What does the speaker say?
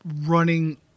running